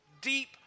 deep